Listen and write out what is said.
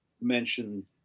mention